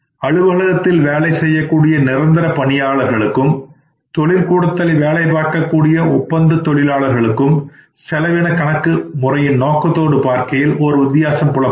அலுவலகத்தில் வேலை செய்யக்கூடிய நிரந்தர பணியாளர்களுக்கும் தொழிற் கூடத்தில் வேலை பார்க்கக் கூடிய ஒப்பந்த தொழிலாளர் களுக்கும் செலவின கணக்கு முறையின் நோக்கத்தோடு பார்க்கையில் ஓர் வித்தியாசம் புலப்படும்